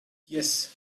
yes